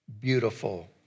beautiful